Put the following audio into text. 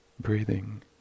Breathing